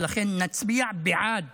ולכן נצביע בעד